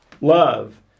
Love